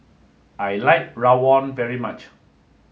I like Rawon very much